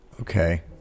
Okay